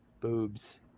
boobs